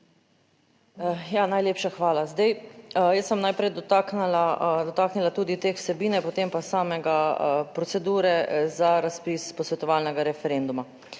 Najlepša hvala. Zdaj jaz se bom najprej dotaknila, dotaknila tudi te vsebine, potem pa samega procedure za razpis posvetovalnega referenduma.